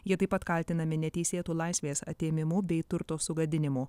jie taip pat kaltinami neteisėtu laisvės atėmimu bei turto sugadinimu